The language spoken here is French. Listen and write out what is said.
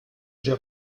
j’ai